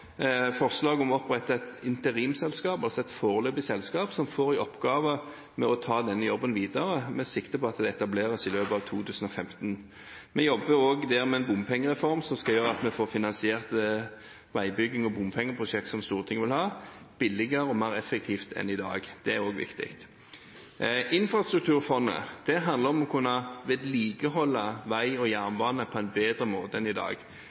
forslag om å opprette et interimsselskap, altså et foreløpig selskap, som får i oppgave å ta denne jobben videre, med sikte på at det etableres i løpet av 2015. Vi jobber også med en bompengereform som skal gjøre at vi får finansiert veibygging og bompengeprosjekter som Stortinget vil ha, billigere og mer effektivt enn i dag. Det er også viktig. Infrastrukturfondet handler om å kunne vedlikeholde vei og jernbane på en bedre måte enn i dag.